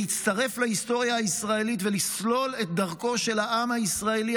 להצטרף להיסטוריה הישראלית ולסלול את דרכו של העם הישראלי,